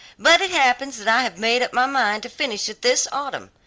but it happens that i have made up my mind to finish it this autumn,